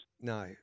No